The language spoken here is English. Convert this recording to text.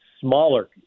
smaller